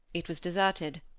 it was deserted.